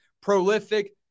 prolific